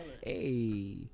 Hey